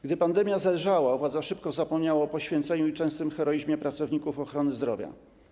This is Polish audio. Gdy pandemia zelżała, władza szybko zapomniała o poświęceniu i heroizmie pracowników ochrony zdrowia.